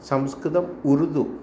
संस्कृतम् उरुदु